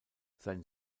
sein